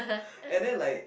and then like